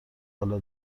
حالا